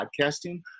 podcasting